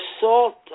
salt